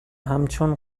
همچون